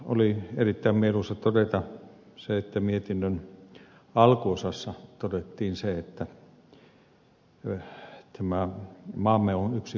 oli erittäin mieluisa todeta se että mietinnön alkuosassa todettiin se että maamme on yksi kokonaisuus